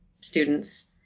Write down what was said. students